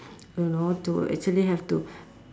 you know to actually have to